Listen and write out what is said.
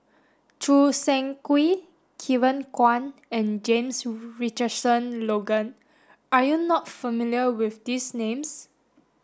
Choo Seng Quee Kevin Kwan and James Richardson Logan are you not familiar with these names